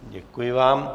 Děkuji vám.